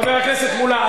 חבר הכנסת מולה,